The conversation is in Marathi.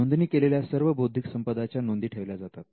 नोंदणी केलेल्या सर्व बौद्धिक संपदा च्या नोंदी ठेवल्या जातात